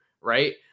right